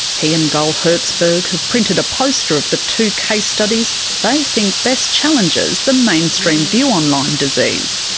he and gull herzberg have printed a poster of the two case studies they think best challenges the mainstream view on lyme disease.